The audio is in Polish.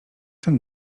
ten